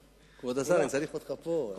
כבוד השר, אני צריך אותך פה.